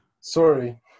sorry